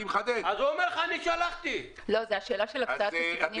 זו השאלה של הקצאת משאבים.